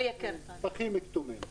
פחים כתומים.